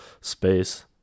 space